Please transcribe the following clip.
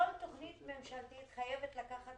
כל תכנית ממשלתית חייבת לקחת